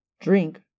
drink